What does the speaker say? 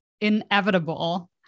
inevitable